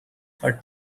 her